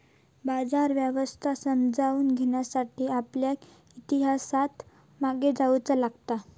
बाजार व्यवस्था समजावून घेण्यासाठी आपल्याक इतिहासात मागे जाऊचा लागात